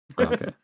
Okay